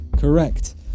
Correct